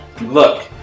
look